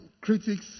critics